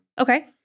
Okay